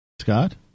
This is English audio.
Scott